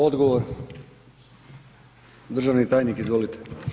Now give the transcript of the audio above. Odgovor državni tajnik izvolite.